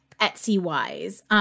Etsy-wise